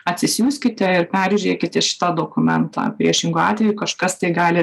atsisiųskite ir peržiūrėkit tą dokumentą priešingu atveju kažkas tai gali